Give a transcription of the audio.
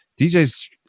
DJ's